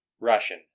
Russian